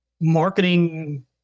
marketing